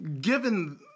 given